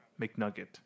McNugget